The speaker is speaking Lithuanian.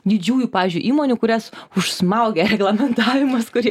didžiųjų pavyzdžiui įmonių kurias užsmaugia reglamentavimas kurie